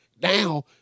Now